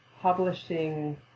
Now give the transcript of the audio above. publishing